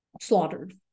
slaughtered